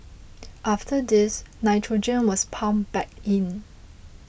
after this nitrogen was pumped back in